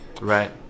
Right